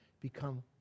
become